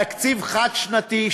תקציב חד-שנתי,